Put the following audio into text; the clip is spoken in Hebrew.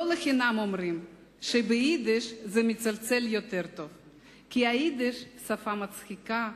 לא לחינם אומרים/ שביידיש זה מצלצל יותר טוב,/ כי יידיש שפה מצחיקה,